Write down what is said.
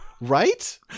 Right